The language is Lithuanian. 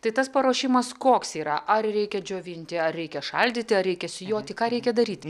tai tas paruošimas koks yra ar reikia džiovinti ar reikia šaldyti ar reikia sijoti ką reikia daryt